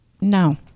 no